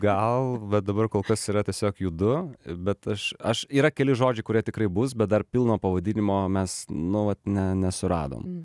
gal va dabar kol kas yra tiesiog judu bet aš aš yra keli žodžiai kurie tikrai bus bet dar pilno pavadinimo mes nu va ne nesuradom